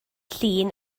llun